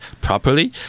properly